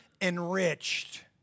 enriched